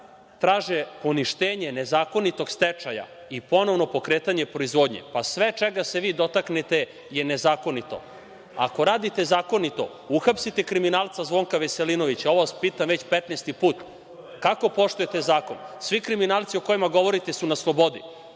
traže poništenje nezakonitog stečaja i ponovno pokretanje proizvodnje. Svega čega se vi dotaknete je nezakonito. Ako radite zakonito, uhapsite kriminalca Zvonka Veselinovića. Ovo vas pitam već petnaesti put. Kako poštujete zakon? Svi kriminalci o kojima govorite su na slobodi.